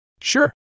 Sure